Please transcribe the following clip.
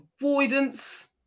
avoidance